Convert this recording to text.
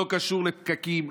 לא קשור לפקקים,